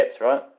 right